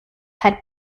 had